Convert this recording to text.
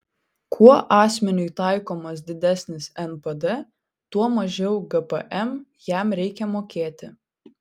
kuo asmeniui taikomas didesnis npd tuo mažiau gpm jam reikia mokėti